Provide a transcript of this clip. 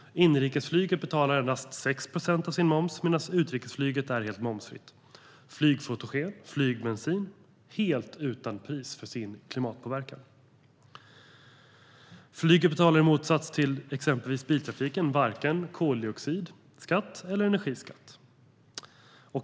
Inrikesflyget betalar endast 6 procent moms medan utrikesflyget är helt momsfritt. Flygfotogen och flygbensin är helt utan pris för sin klimatpåverkan. Flyget betalar i motsats till exempelvis biltrafiken varken koldioxidskatt eller energiskatt.